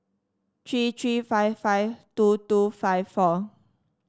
three three five five two two five four